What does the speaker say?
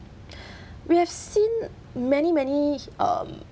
we have seen many many um